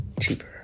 cheaper